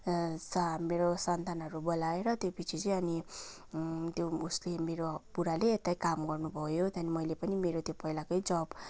मेरो सन्तानहरू बोलाएर त्योपछि चाहिँ अनि त्यो उसले मेरो बुढाले यतै काम गर्नुभयो त्यहाँदेखि मैले पनि मेरो त्यो पहिलाकै जब